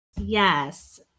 yes